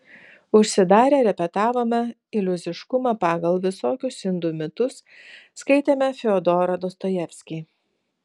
užsidarę repetavome iliuziškumą pagal visokius indų mitus skaitėme fiodorą dostojevskį